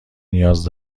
نیاز